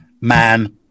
man